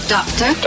Doctor